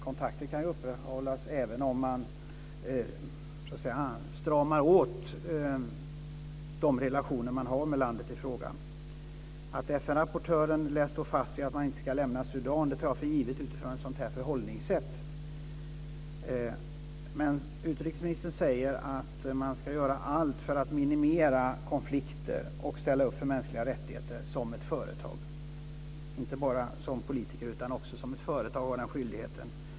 Kontakter kan ju upprätthållas även om man stramar åt de relationer man har med landet i fråga. Att FN-rapportören lär stå fast vid att man inte ska lämna Sudan tar jag för givet utifrån ett sådant här förhållningssätt. Men utrikesministern säger att man ska göra allt för att minimera konflikter och ställa upp för mänskliga rättigheter, inte bara som politiker utan också ett företag har den skyldigheten.